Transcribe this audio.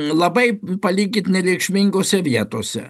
labai palygint nereikšmingose vietose